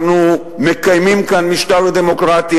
אנחנו מקיימים כאן משטר דמוקרטי,